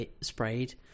sprayed